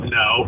no